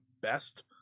best